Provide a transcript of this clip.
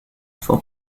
for